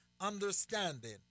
understanding